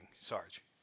Sarge